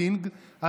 שהרייטינג שלו עלה,